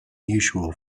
usual